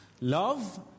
Love